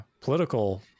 political